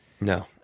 No